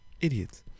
idiots